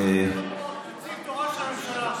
אין פה נציג תורן של הממשלה.